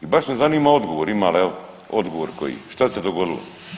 I baš me zanima odgovor ima li evo odgovor koji, šta se dogodilo.